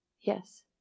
Yes